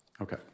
Okay